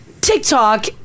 TikTok